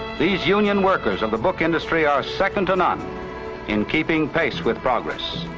these union workers of the book industry are second to none in keeping pace with progress.